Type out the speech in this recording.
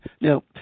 No